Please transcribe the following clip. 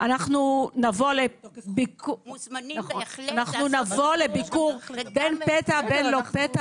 אנחנו נבוא לביקור פתע, בין לא פתע.